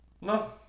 No